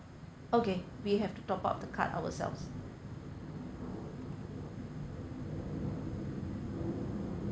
okay we have to top up the card ourselves(